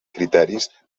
criteris